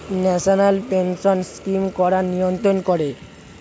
National pension scheme কারা নিয়ন্ত্রণ করে?